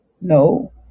No